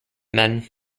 men